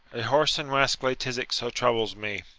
a whoreson rascally tisick so troubles me,